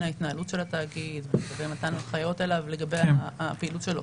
ההתנהלות של התאגיד ומתן הנחיות אליו לגבי הפעילות שלו.